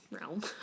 realm